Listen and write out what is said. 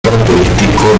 característicos